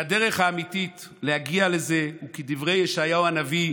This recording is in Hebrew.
והדרך האמיתית להגיע לזה היא כדברי ישעיהו הנביא,